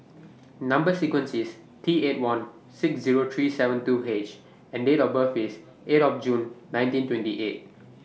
Number sequence IS T eight one six Zero three seven two H and Date of birth IS eight of June nineteen twenty eight